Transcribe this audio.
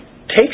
takes